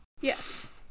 Yes